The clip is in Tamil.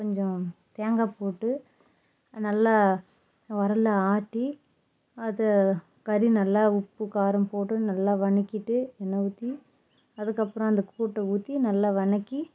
கொஞ்சம் தேங்காய் போட்டு நல்லா உரலில் ஆட்டி அதை கறி நல்லா உப்பு காரம் போட்டு நல்லா வணக்கிட்டு எண்ணெய் ஊற்றி அதுக்கப்புறம் அந்த கூட்ட ஊற்றி நல்லா வணக்கி